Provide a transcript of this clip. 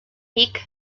peak